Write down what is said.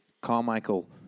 Carmichael